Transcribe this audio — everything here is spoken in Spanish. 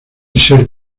ser